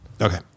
Okay